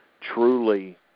truly